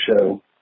show